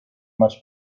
much